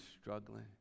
struggling